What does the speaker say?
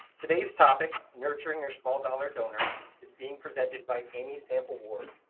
today's topic, nurturing your small-dollar donors, is being presented by amy sample ward,